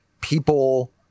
people